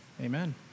Amen